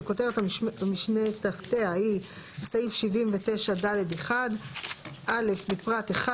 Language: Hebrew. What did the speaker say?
שכותרת המשנה שתחתיה היא "(סעיף 79ד(1))" - בפרט (1),